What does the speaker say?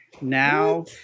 now –